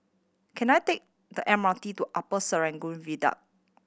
can I take the M R T to Upper Serangoon Viaduct